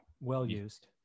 well-used